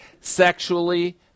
Sexually